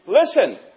Listen